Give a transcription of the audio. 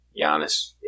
Giannis